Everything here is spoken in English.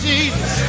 Jesus